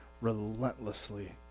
relentlessly